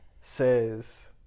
says